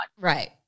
Right